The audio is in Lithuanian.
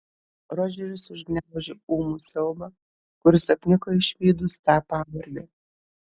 rodžeris užgniaužė ūmų siaubą kuris apniko išvydus tą pavardę